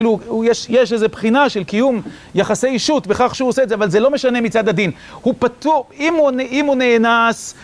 יש איזה בחינה של קיום יחסי אישות וכך שהוא עושה את זה, אבל זה לא משנה מצד הדין. הוא פטור, אם הוא נאנס...